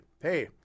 Hey